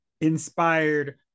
inspired